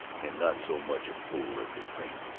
and not so much a fool as they think!